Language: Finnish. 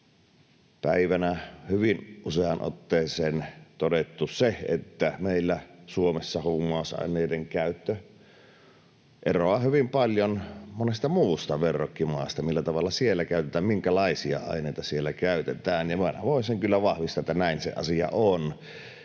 päivänä hyvin useaan otteeseen todettu, että meillä Suomessa huumausaineiden käyttö eroaa hyvin paljon monesta muusta verrokkimaasta, millä tavalla ja minkälaisia aineita siellä käytetään, ja voin sen kyllä vahvistaa, että näin se asia on.